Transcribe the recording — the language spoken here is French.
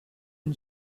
une